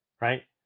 right